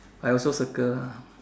I also circle